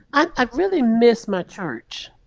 i really miss my church.